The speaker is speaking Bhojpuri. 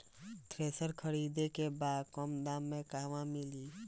थ्रेसर खरीदे के बा कम दाम में कहवा मिली?